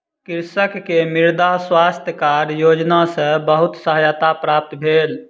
कृषक के मृदा स्वास्थ्य कार्ड योजना सॅ बहुत सहायता प्राप्त भेल